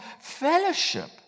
fellowship